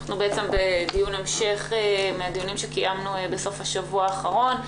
אנחנו בדיון המשך לדיונים שקיימנו בסוף השבוע האחרון.